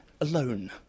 alone